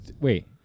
wait